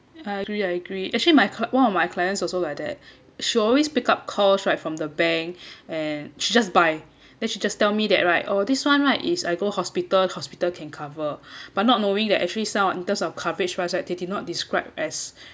I agree I agree actually my cle~ one of my clients also like that she always pick up calls right from the bank and she just buy then she just tell me that right oh this one right is I go hospital hospital can cover but not knowing that actually some in terms of coverage wise right they did not describe as